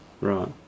Right